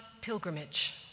pilgrimage